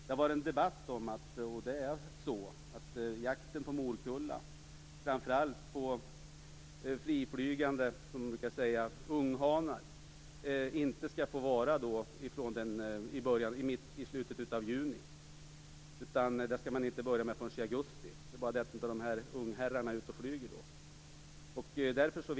Det har förts en debatt om att jakten på morkulla, framför allt på friflygande unghanar, inte skall få ske från i slutet av juni utan först från i augusti. Det är bara det att de här ungherrarna inte är ute och flyger då.